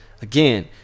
again